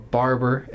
barber